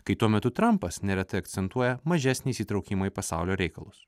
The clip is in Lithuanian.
kai tuo metu trampas neretai akcentuoja mažesnį įsitraukimą į pasaulio reikalus